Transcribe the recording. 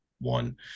one